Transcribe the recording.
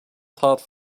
thought